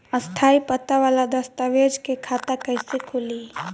स्थायी पता वाला दस्तावेज़ से खाता कैसे खुली?